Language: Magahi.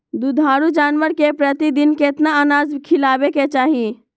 दुधारू जानवर के प्रतिदिन कितना अनाज खिलावे के चाही?